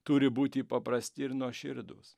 turi būti paprasti ir nuoširdūs